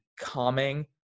calming